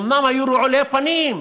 אומנם היו רעולי פנים,